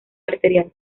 arterial